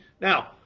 Now